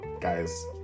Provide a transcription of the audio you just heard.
guys